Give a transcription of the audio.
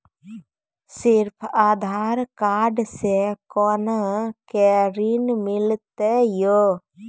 सिर्फ आधार कार्ड से कोना के ऋण मिलते यो?